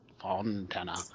Fontana